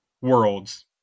worlds